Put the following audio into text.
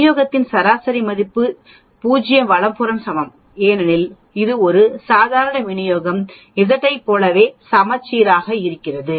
விநியோகத்தின் சராசரி மதிப்பு 0 வலதுபுறம் சமம் ஏனெனில் இது ஒரு சாதாரண விநியோக Z ஐப் போலவே சமச்சீராகவும் இருக்கிறது